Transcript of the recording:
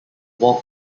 walk